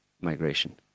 migration